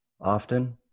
often